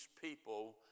people